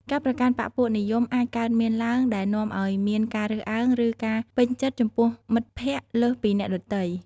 ការប្រកាន់បក្សពួកនិយមអាចកើតមានឡើង ដែលនាំឱ្យមានការរើសអើង ឬការពេញចិត្តចំពោះមិត្តភក្តិលើសពីអ្នកដទៃ។